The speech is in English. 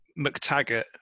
mctaggart